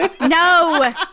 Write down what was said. No